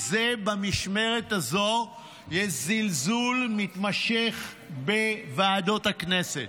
במשמרת הזו יש זלזול מתמשך בוועדות הכנסת.